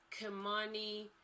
Kimani